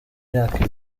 myaka